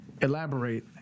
elaborate